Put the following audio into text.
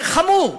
זה חמור,